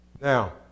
Now